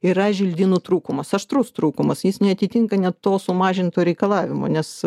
yra želdynų trūkumas aštrus trūkumas jis neatitinka net to sumažinto reikalavimo nes